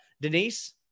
Denise